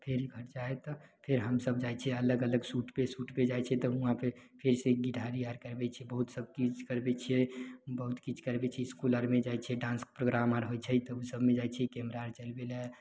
फेन चाहय तऽ सब जाइ छियै अलग अलग शूटपर शूटपर जाइ छियै तऽ हुआँपर फेरसँ घी ढारी आर करबय छियै बहुत सब चीज करबय छियै बहुत चीज करबय छियै इसकुल आरमे जाइ छियै डाँस प्रोग्राम आर होइ छै तऽ उ सबमे जाइ छियै कैमरा आर चलबय लए